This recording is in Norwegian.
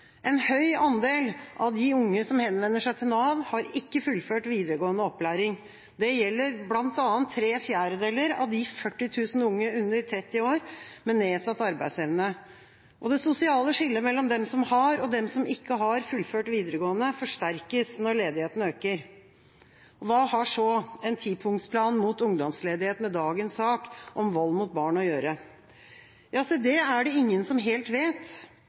En høy andel av de unge som henvender seg til Nav, har ikke fullført videregående opplæring. Det gjelder bl.a. tre fjerdedeler av de 40 000 unge under 30 år med nedsatt arbeidsevne. Det sosiale skillet mellom de som har og de som ikke har fullført videregående, forsterkes når ledigheten øker. Hva har så en tipunktsplan mot ungdomsledighet med dagens sak om vold mot barn å gjøre? Ja, se det er det ingen som helt vet.